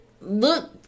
look